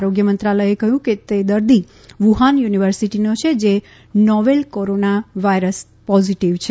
આરોગ્ય મંત્રાલયે કહ્યું છે કે દર્દી વુહાન યુનિવર્સિટીનો છે જે નોવેલ કોરોના વાયરસ પોઝીટવ છે